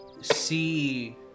see